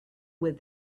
with